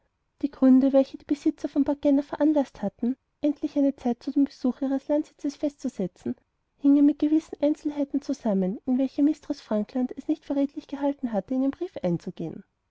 die gründe welche die besitzer von porthgenna veranlaßt hatten endlich eine zeit zu dem besuche ihres landsitzes festzusetzen hingen mit gewissen einzelheiten zusammen in welche mistreß frankland es nicht für rätlich gehalten in ihrem briefe einzugehen